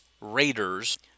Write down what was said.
Raiders